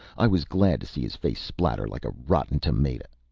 i was glad to see his face splatter like a rotten tamata.